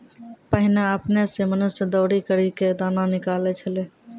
पहिने आपने सें मनुष्य दौरी करि क दाना निकालै छलै